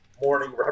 morning